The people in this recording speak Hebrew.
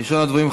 ראשון הדוברים,